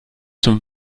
zum